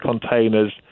containers